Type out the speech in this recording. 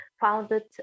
founded